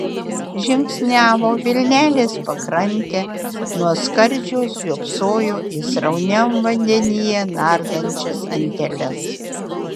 žingsniavo vilnelės pakrante nuo skardžio žiopsojo į srauniam vandenyje nardančias anteles